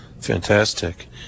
Fantastic